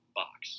box